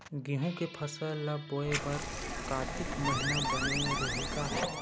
गेहूं के फसल ल बोय बर कातिक महिना बने रहि का?